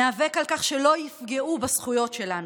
ניאבק על כך שלא יפגעו בזכויות שלנו,